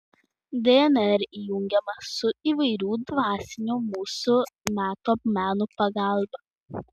dnr įjungiama su įvairių dvasinių mūsų meto menų pagalba